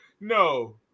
No